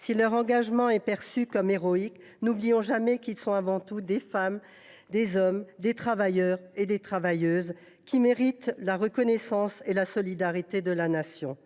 Si leur engagement est perçu comme héroïque, n’oublions jamais qu’ils sont avant tout des femmes, des hommes, des travailleurs qui méritent la reconnaissance et la solidarité de la Nation,